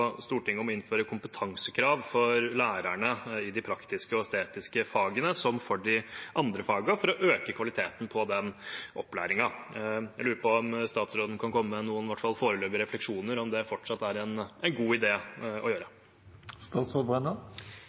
Stortinget om å innføre kompetansekrav for lærerne i de praktiske og estetiske fagene, som for de andre fagene, for å øke kvaliteten på den opplæringen. Jeg lurer på om statsråden kan komme med noen i hvert fall foreløpige refleksjoner om det fortsatt er en god idé å